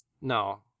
no